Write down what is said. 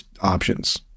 options